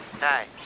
Hi